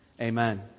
Amen